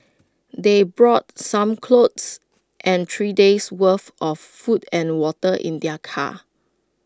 they brought some clothes and three days worth of food and water in their car